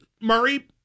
Murray